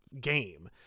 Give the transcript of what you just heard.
game